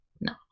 No